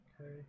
Okay